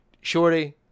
shorty